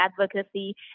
advocacy